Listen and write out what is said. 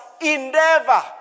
endeavor